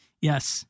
Yes